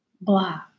blah